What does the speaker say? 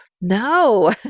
No